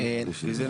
בהחלט, הוא צודק.